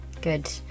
good